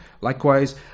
Likewise